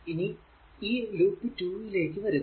ഇനി ഈ ലൂപ്പ് 2 ലേക്ക് വരിക